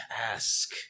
ask